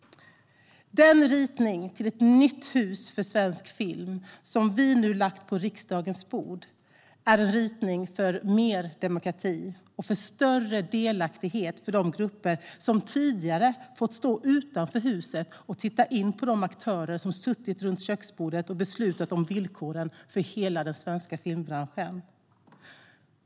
Den ritning till ett nytt hus för svensk film som vi har lagt på riksdagens bord är en ritning för mer demokrati och större delaktighet för de grupper som tidigare fått stå utanför huset och titta in på de aktörer som suttit runt köksbordet och beslutat om villkoren för hela den svenska filmbranschen.